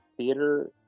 Theater